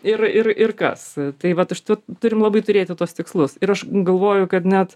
ir ir ir kas tai vat užtat turim labai turėti tuos tikslus ir aš galvoju kad net